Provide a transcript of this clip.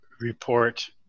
report